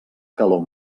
calor